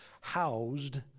housed